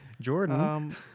Jordan